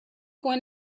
going